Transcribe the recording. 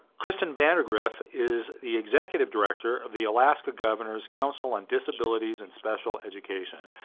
kristin vandagriff is the executive director of the alaska governor's council on disabilities and special education,